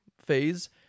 phase